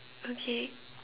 okay